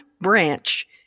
branch